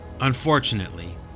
unfortunately